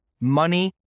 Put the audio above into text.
money